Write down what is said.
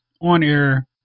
on-air